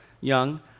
young